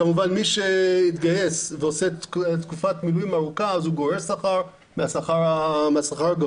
כמובן מי שהתגייס ועושה תקופת מילואים ארוכה הוא גורר שכר מהשכר הגבוה,